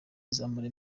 azamara